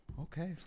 okay